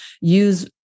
use